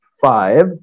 five